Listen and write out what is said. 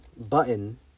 button